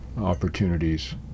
opportunities